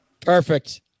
Perfect